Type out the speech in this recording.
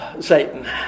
Satan